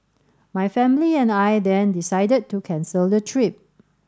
my family and I then decided to cancel the trip